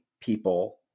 people